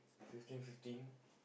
fifteen fifteen